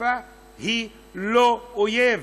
השפה היא לא אויב,